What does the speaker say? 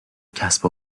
کسب